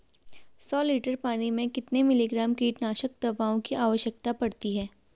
सौ लीटर पानी में कितने मिलीग्राम कीटनाशक दवाओं की आवश्यकता पड़ती है?